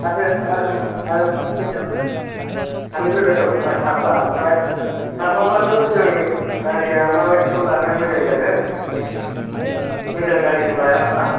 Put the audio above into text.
आरो आरो आरो सानै लोगो दं होमबा साबा ओमफ्राय साबाबाथ' जों गारिया माबायदिखौ लानाया मोजां जागोन मोजां गारिखौ लायाबा